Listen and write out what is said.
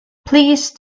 please